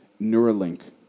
Neuralink